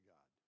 God